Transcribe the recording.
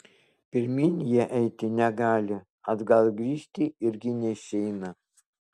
pirmyn jie eiti negali atgal grįžti irgi neišeina